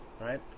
right